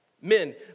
men